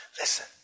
listen